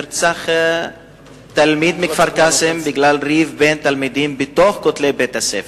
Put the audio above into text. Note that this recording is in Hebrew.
נרצח תלמיד מכפר-קאסם בגלל ריב בין תלמידים בין כותלי בית-הספר.